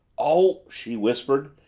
oh, she whispered,